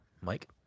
Mike